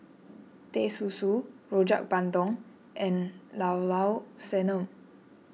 Teh Susu Rojak Bandung and Llao Llao Sanum